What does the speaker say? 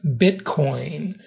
Bitcoin